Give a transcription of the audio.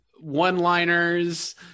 one-liners